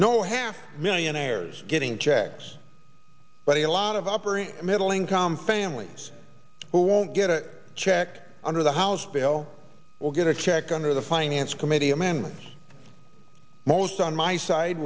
no have millionaires getting checks but a lot of upper middle income families who won't get a check under the house bill will get a check under the finance committee a man with most on my side